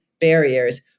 barriers